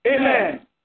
Amen